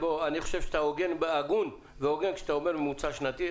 אני חושב שאתה הגון בדרישתך לממוצע שנתי.